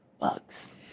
Bugs